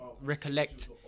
recollect